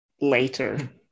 later